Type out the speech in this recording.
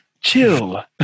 Chill